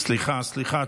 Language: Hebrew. סליחה, סליחה.